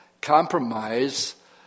compromise